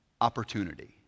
opportunity